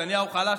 "נתניהו חלש",